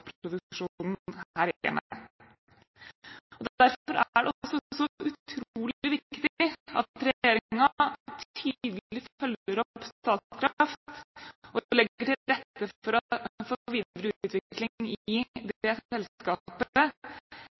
her hjemme. Derfor er det også så veldig viktig at regjeringen tydelig følger opp Statkraft og legger til rette for videre utvikling i det selskapet gjennom tilføring av egenkapital. Det er vel verdt å merke seg at tilførselen av egenkapital i